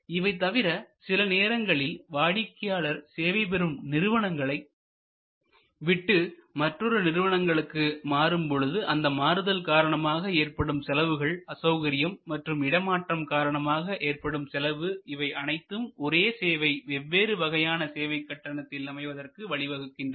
இவை தவிர சில நேரங்களில் வாடிக்கையாக சேவை பெறும் நிறுவனங்களை விட்டு மற்றொரு நிறுவனங்களுக்கு மாறும்பொழுது அந்த மாறுதல் காரணமாக ஏற்படும் செலவுகள் அசௌகரியம் மற்றும் இடமாற்றம் காரணமாக ஏற்படும் செலவு இவை அனைத்தும் ஒரே சேவை வெவ்வேறு வகையான சேவை கட்டணத்தில் அமைவதற்கு வழிவகுக்கின்றன